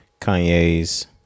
Kanye's